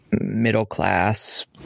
middle-class